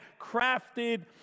crafted